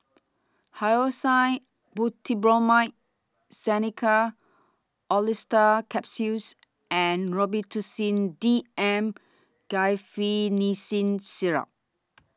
Hyoscine Butylbromide Xenical Orlistat Capsules and Robitussin D M Guaiphenesin Syrup